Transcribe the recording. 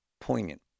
poignant